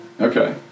Okay